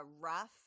rough